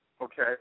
Okay